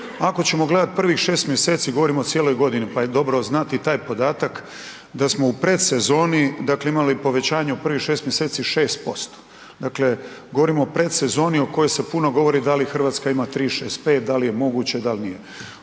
Ako ćemo gledati prvih šest mjeseci, govorimo o cijeloj godini pa je dobro znati i taj podatak da smo u predsezoni imali povećanje u prvih šest mjeseci 6%, dakle govorimo o predsezoni o kojoj se puno govori da li Hrvatska ima 365 da li je moguće, dal nije.